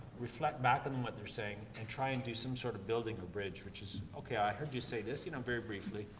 reflect back and on what they're saying, and try to and do some sort of building a bridge, which is okay, i heard you say this, you know, very briefly,